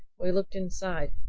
we looked inside.